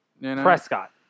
Prescott